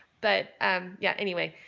but um yeah, anyway,